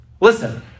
Listen